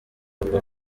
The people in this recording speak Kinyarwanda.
avuga